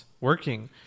working